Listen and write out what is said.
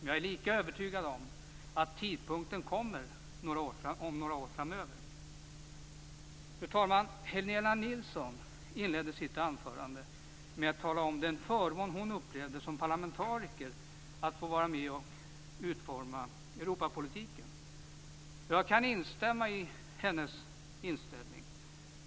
Men jag är lika övertygad om att tidpunkten kommer om några år. Fru talman! Helena Nilsson inledde sitt anförande med att tala om den förmån som hon som parlamentariker upplevde att det var att få vara med och utforma Europapolitiken. Jag kan dela hennes inställning.